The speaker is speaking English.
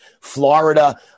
Florida